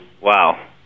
Wow